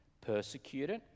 Persecuted